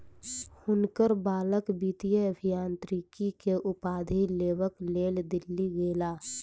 हुनकर बालक वित्तीय अभियांत्रिकी के उपाधि लेबक लेल दिल्ली गेला